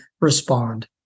respond